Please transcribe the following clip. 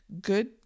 good